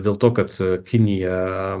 dėl to kad kinija